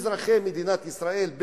אזרחי מדינת ישראל,